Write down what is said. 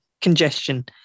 congestion